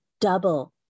double